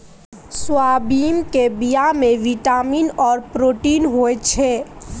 soybean केर बीया मे बिटामिन आर प्रोटीन होई छै